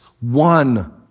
one